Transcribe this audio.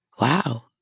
wow